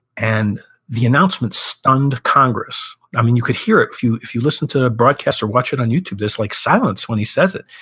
and the announcement stunned congress. i mean, you could hear it. if you if you listen to the broadcasts or watch it on youtube, there's like silence when he says it.